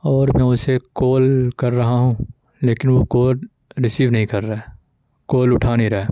اور میں اسے کال کر رہا ہوں لیکن وہ کال ریسیو نہیں کر رہا ہے کال اٹھا نہیں رہا ہے